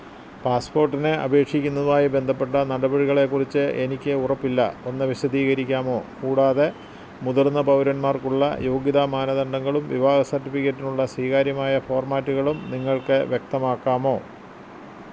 പാസ്പോർട്ടിന് അപേക്ഷിക്കുന്നതുവായി ബന്ധപ്പെട്ട നടപടികളെ കുറിച്ച് എനിക്ക് ഉറപ്പില്ല ഒന്ന് വിശദീകരിക്കാമോ കൂടാതെ മുതിർന്ന പൗരന്മാര്ക്കുള്ള യോഗ്യതാ മാനദണ്ഡങ്ങളും വിവാഹ സർട്ടിഫിക്കറ്റിനുള്ള സ്വീകാര്യമായ ഫോർമാറ്റുകളും നിങ്ങൾക്ക് വ്യക്തമാക്കാമോ